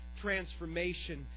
transformation